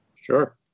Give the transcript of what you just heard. Sure